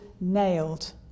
nailed